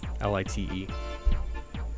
L-I-T-E